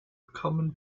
common